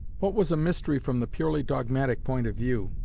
what was a mystery from the purely dogmatic point of view,